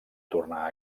tornar